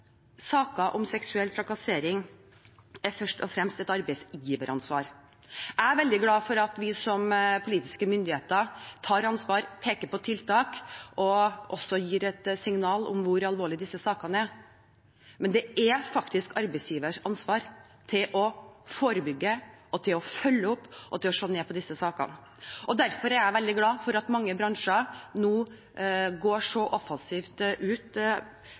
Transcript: om seksuell trakassering først og fremst er et arbeidsgiveransvar. Jeg er veldig glad for at vi som politiske myndigheter tar ansvar, peker på tiltak og gir et signal om hvor alvorlige disse sakene er. Men det er faktisk arbeidsgivers ansvar å forebygge, følge opp og se på disse sakene. Derfor er jeg veldig glad for at mange bransjer nå går så offensivt ut,